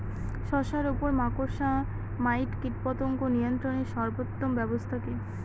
শশার উপর মাকড়সা মাইট কীটপতঙ্গ নিয়ন্ত্রণের সর্বোত্তম ব্যবস্থা কি?